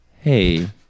Hey